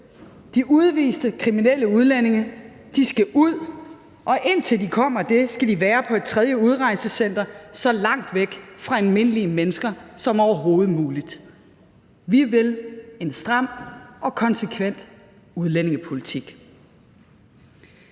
De udviste kriminelle udlændinge skal ud, og indtil de kommer det, skal de være på et tredje udrejsecenter så langt væk fra almindelige mennesker som overhovedet muligt. Vi vil en stram og konsekvent udlændingepolitik.